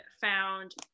found